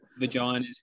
vaginas